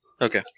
Okay